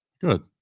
Good